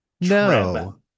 No